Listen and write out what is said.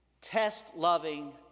test-loving